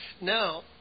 now